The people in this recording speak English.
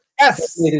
Yes